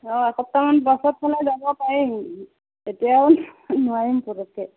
অঁ এসপ্তাহমান পাছত হ'লে যাব পাৰিম